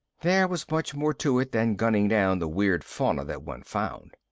there was much more to it than gunning down the weird fauna that one found.